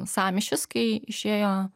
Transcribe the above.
sąmyšis kai išėjo